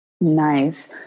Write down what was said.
nice